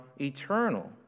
eternal